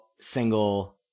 single